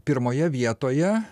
pirmoje vietoje